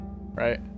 right